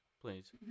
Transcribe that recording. Please